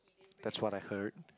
that's what I heard